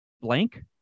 blank